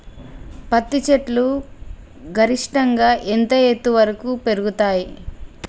పత్తి చెట్లు గరిష్టంగా ఎంత ఎత్తు వరకు పెరుగుతయ్?